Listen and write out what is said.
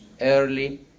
early